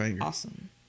awesome